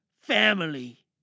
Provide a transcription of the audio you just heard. family